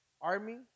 army